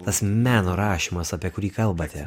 tas meno rašymas apie kurį kalbate